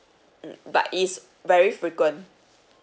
mm but it's very frequent